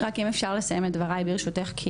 רק אם אפשר לסיים את דבריי ברשותך,